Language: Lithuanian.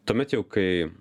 tuomet jau kai